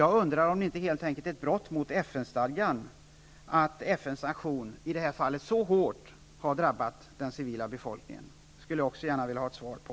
Jag undrar om det inte helt enkelt är ett brott mot FN-stadgan att FN:s sanktioner i det här fallet så hårt har drabbat den civila befolkningen. Det skulle jag gärna vilja ha ett svar på.